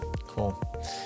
Cool